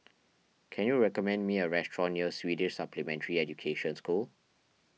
can you recommend me a restaurant near Swedish Supplementary Education School